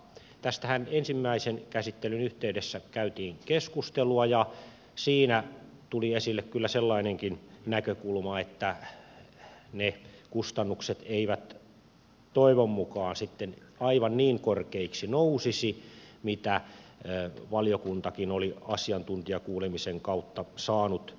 tästähän ensimmäisen käsittelyn yhteydessä käytiin keskustelua ja siinä tuli esille kyllä sellainenkin näkökulma että ne kustannukset eivät toivon mukaan sitten aivan niin korkeiksi nousisi mitä valiokuntakin oli asiantuntijakuulemisen kautta saanut tietoonsa